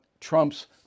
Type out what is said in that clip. Trump's